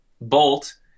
bolt